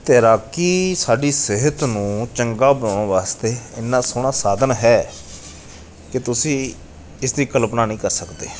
ਤੈਰਾਕੀ ਸਾਡੀ ਸਿਹਤ ਨੂੰ ਚੰਗਾ ਬਣਾਉਣ ਵਾਸਤੇ ਇੰਨਾ ਸੋਹਣਾ ਸਾਧਨ ਹੈ ਕਿ ਤੁਸੀਂ ਇਸ ਦੀ ਕਲਪਨਾ ਨਹੀਂ ਕਰ ਸਕਦੇ